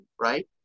right